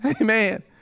Amen